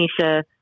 Nisha